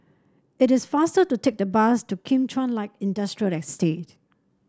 it is faster to take the bus to Kim Chuan Light Industrial Estate